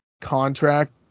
contract